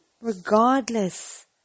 regardless